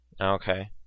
Okay